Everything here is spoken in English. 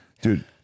Dude